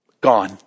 Gone